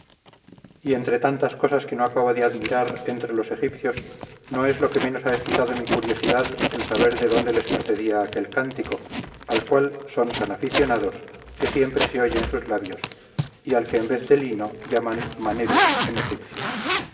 y entre tantas cosas que no acabo de admirar entre los egipcios no es lo que menos ha excitado mi curiosidad el saber de dónde les procedía aquel cántico al cual son tan aficionados que siempre se oye en sus labios y al que en vez de lino llaman maneros en egipcio